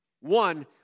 One